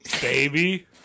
baby